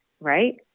right